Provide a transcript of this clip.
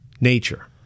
nature